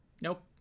Nope